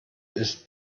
ist